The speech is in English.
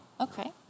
Okay